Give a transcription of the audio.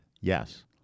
Yes